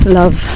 love